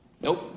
Nope